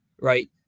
right